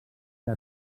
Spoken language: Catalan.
que